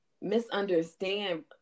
misunderstand